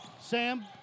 Sam